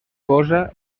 cosa